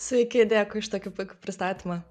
sveiki dėkui už tokį puikų pristatymą